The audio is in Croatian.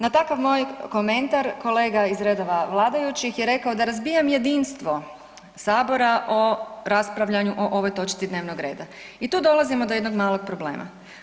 Na takav moj komentar kolega iz redova vladajućih je rekao da razbijam jedinstvo sabora o raspravljanju o ovoj točci dnevnog reda i tu dolazimo do jednog malog problema.